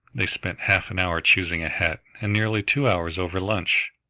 they spent half an hour choosing a hat and nearly two hours over lunch.